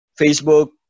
Facebook